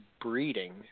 breeding